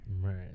Right